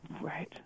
Right